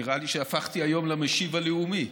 נראה לי שהפכתי היום למשיב הלאומי.